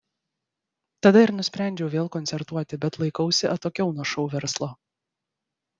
tada ir nusprendžiau vėl koncertuoti bet laikausi atokiau nuo šou verslo